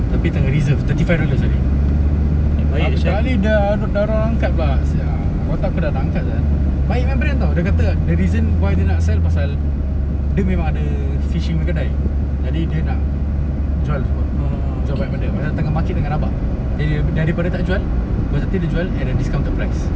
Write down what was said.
tapi tengah reserve thirty five dollars only berapa kali dah ada orang angkat dah sia kalau tak aku dah angkat sia baik punya brand [tau] dia kata the reason why dia nak sell pasal dia memang ada fishing punya kedai jadi dia nak jual semua jual banyak benda pasal sebab market tengah rabak jadi daripada tak jual positif dia jual at a discounted price